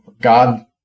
God